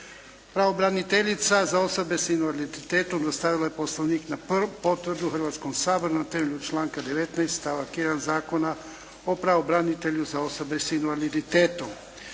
Pravobraniteljica za osobe s invaliditetom dostavila je Poslovnik na potvrdu Hrvatskom saboru na temelju članka 19. stavak 1. Zakona o pravobranitelju za osobe s invaliditetom.